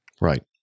Right